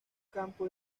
campo